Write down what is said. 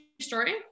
story